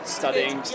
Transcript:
studying